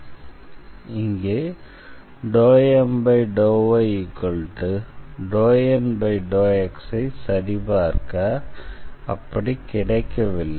எனவே இங்கே ∂M∂y∂N∂x ஐ சரிபார்க்க இது அப்படி கிடைக்கவில்லை